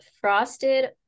Frosted